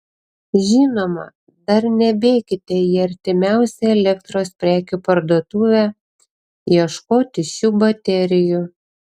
žinoma dar nebėkite į artimiausią elektros prekių parduotuvę ieškoti šių baterijų